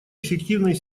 эффективной